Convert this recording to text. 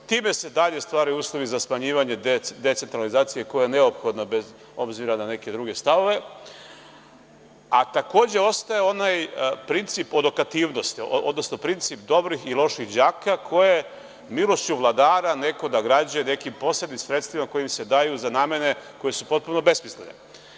Time se dalje stvaraju uslovi za smanjivanje decentralizacije, koja je neophodna, bez obzira na neke druge stavove, a takođe ostaje onaj princip odokativnosti, odnosno princip dobrih i loših đaka koje milošću vladara neko nagrađuje nekim posebnim sredstvima koja im se daju za namene koje su potpuno besmislene.